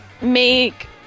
make